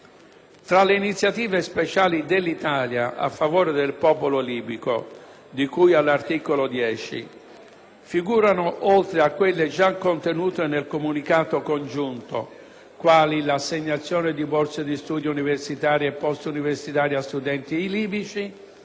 Tra le iniziative speciali dell'Italia a favore del popolo libico, di cui all'articolo 10, figurano, oltre a quelle già contenute nel Comunicato congiunto(quali l'assegnazione di borse di studio universitarie e post-universitarie a studenti libici,